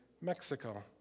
Mexico